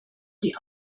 die